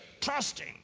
trusting